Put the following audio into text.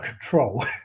control